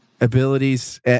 abilities